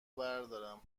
بردارم